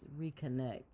reconnect